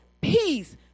peace